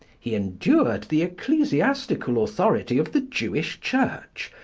he endured the ecclesiastical authority of the jewish church,